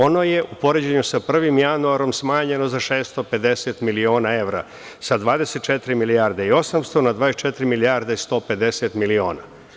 Ono je u poređenju sa 1. januarom smanjeno za 650 miliona evra, sa 24 milijarde i 800 na 24 milijarde 150 miliona.